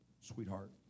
sweetheart